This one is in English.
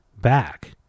back